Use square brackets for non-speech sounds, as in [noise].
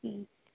[unintelligible]